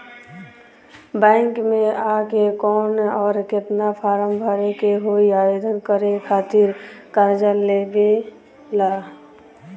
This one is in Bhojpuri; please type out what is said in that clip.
बैंक मे आ के कौन और केतना फारम भरे के होयी आवेदन करे के खातिर कर्जा लेवे ला?